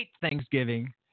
Thanksgiving